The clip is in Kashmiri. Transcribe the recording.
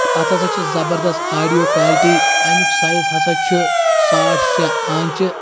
تہٕ اَتھ ہسا چھِ زَبردست آڈیو کالٹی اَمیُک سایز ہسا چھُ ساڈ شیٚے آنٛچہِ